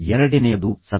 ಎರಡನೆಯದುಃ ಸತ್ಯ